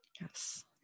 Yes